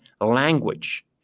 language